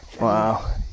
Wow